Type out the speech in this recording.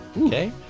Okay